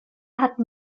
hatten